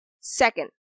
second